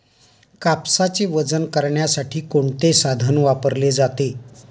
कापसाचे वजन करण्यासाठी कोणते साधन वापरले जाते?